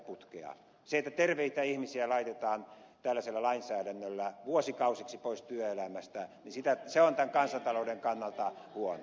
se että terveitä ihmisiä laitetaan tällaisella lainsäädännöllä vuosikausiksi pois työelämästä on tämän kansantalouden kannalta huono asia